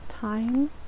time